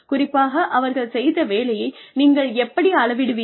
குறிப்பாக அவர்கள் செய்த வேலையை நீங்கள் எப்படி அளவிடுவீர்கள்